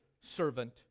servant